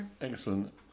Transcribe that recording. excellent